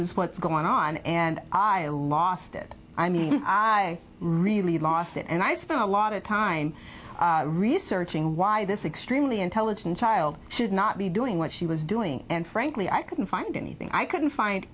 is what's going on and i lost it i mean i really lost it and i spent a lot of time researching why this extremely intelligent child should not be doing what she was doing and frankly i couldn't find anything i couldn't find